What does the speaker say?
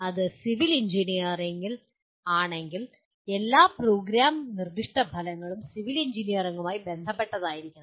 അത് civil engineering ആണെങ്കിൽ എല്ലാ പ്രോഗ്രാം നിർദ്ദിഷ്ട ഫലങ്ങളും സിവിൽ എഞ്ചിനീയറിംഗുമായി ബന്ധപ്പെട്ടതായിരിക്കണം